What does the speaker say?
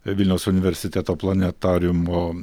vilniaus universiteto planetariumo